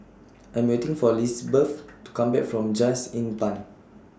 I'm waiting For Lizbeth to Come Back from Just Inn Pine